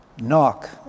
knock